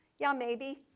yeah, um maybe,